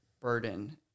burden